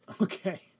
Okay